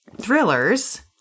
thrillers